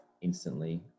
instantly